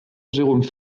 jérôme